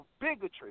bigotry